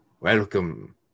Welcome